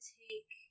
take